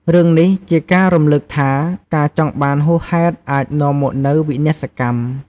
រឿងនេះជាការរំលឹកថា ការចង់បានហួសហេតុអាចនាំមកនូវវិនាសកម្ម។